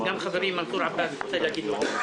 גם חברי מנסור עבאס רוצה להגיד משהו.